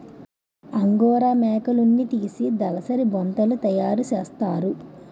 angora మేకలున్నితీసి దలసరి బొంతలు తయారసేస్తారు